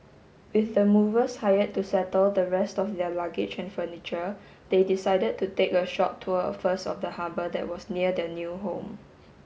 with the movers hired to settle the rest of their luggage and furniture they decided to take a short tour first of the harbour that was near their new home